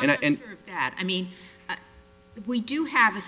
and that i mean we do have a